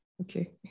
okay